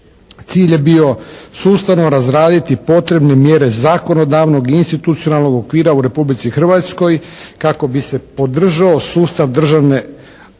Cilj je bio sustavno razraditi potrebne mjere zakonodavnog i institucionalnog okvira u Republici Hrvatskoj kako bi se podržao sustav državne uprave